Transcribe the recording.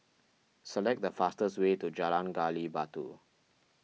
select the fastest way to Jalan Gali Batu